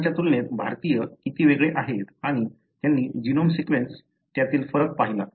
इतरांच्या तुलनेत भारतीय किती वेगळे आहेत आणि त्यांनी जीनोम सीक्वेन्स त्यातील फरक पाहिला